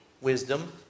wisdom